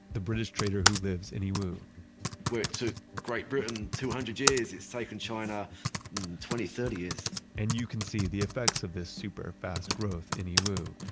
the british trader who lives in yiwu where it took great britain two hundred years, it's taken china twenty, thirty years and you can see the effects of this super-fast growth in yiwu.